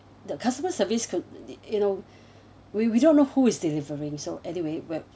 the customer service could you know we we don't know who is delivering so anyway but it it